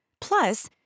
Plus